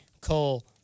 Cole